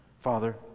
Father